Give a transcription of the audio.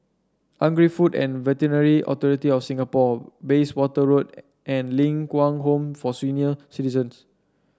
Agri Food and Veterinary Authority of Singapore Bayswater Road and Ling Kwang Home for Senior Citizens